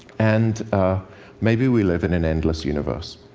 and maybe we live in an endless universe.